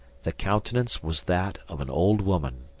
the countenance was that of an old woman,